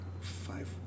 five